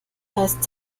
heißt